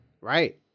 Right